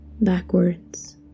backwards